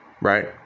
right